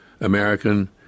American